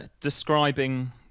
describing